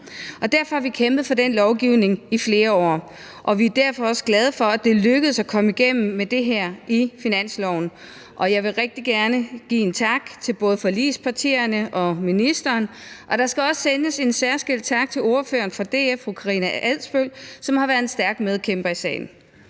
Derfor har vi kæmpet for den lovgivning i flere år, og vi er derfor også glade for, at det er lykkedes at komme igennem med at få det her på finansloven. Og jeg vil rigtig gerne give en tak til både forligspartierne og ministeren. Og der skal også sendes en særskilt tak til ordføreren for DF, fru Karina Adsbøl, som har været en stærk medkæmper i sagen.